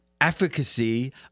efficacy